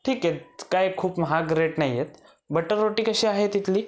ठीक आहे काय खूप महाग रेट नाही आहेत बटर रोटी कशी आहे तिथली